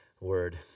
word